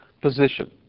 position